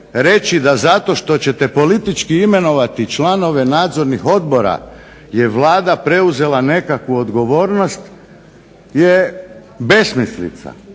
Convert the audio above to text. reći da zato što ćete politički imenovati članove nadzornih odbora je Vlada preuzela nekakvu odgovornost je besmislica.